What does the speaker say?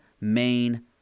main